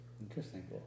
Interesting